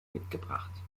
mitgebracht